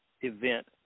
event